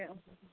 അതെയോ